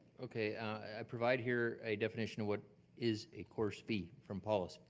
ok, i provide here a definition of what is a course fee from policy.